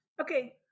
Okay